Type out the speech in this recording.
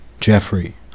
Jeffrey